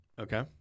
Okay